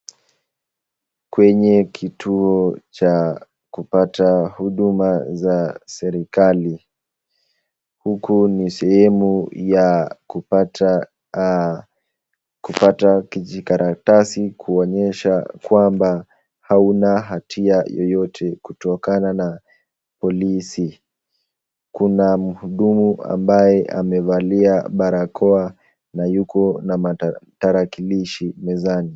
Kwenye kituo cha kupata huduma za serekali huku ni sehemu ya kupata kujikaratasi kuonyesha kwamba hauna hatia yeyote kutokana na polisi. Kuna mhudumu ambaye amevalia barakoa na yuko na matarakilishi mezani.